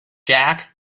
jack